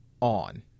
on